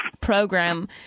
program